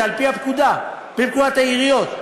זה על-פי הפקודה, על-פי פקודת העיריות.